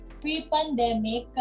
pre-pandemic